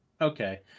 okay